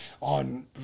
on